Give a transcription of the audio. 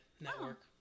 Network